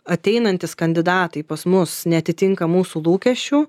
ateinantys kandidatai pas mus neatitinka mūsų lūkesčių